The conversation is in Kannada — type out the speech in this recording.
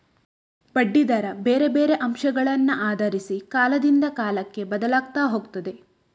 ಬಡ್ಡಿ ದರ ಬೇರೆ ಬೇರೆ ಅಂಶಗಳನ್ನ ಆಧರಿಸಿ ಕಾಲದಿಂದ ಕಾಲಕ್ಕೆ ಬದ್ಲಾಗ್ತಾ ಹೋಗ್ತದೆ